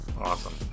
Awesome